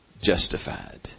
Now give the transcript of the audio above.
justified